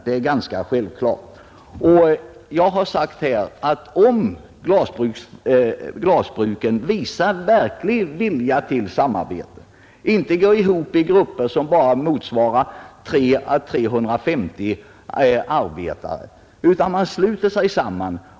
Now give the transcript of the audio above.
Jag har sagt här att jag är redo att medverka, om glasbruken visar verklig vilja till samarbete — inte går ihop i grupper som endast motsvarar 300 å 350 arbetare, utan sluter sig samman.